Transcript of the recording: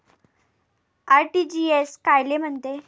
RTGS कायले म्हनते?